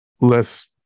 less